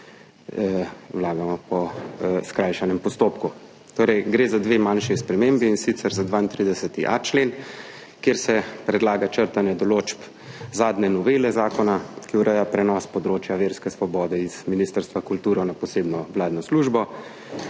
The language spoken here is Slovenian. vlagamo po skrajšanem postopku. Torej, gre za dve manjši spremembi, in sicer za 32.a člen, kjer se predlaga črtanje določb zadnje novele zakona, ki ureja prenos področja verske svobode z Ministrstva za kulturo na posebno vladno službo,